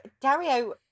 Dario